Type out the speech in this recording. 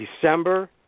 December